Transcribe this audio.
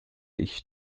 ich